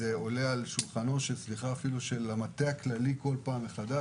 זה עולה על שולחנו של המטה הכללי כל פעם מחדש.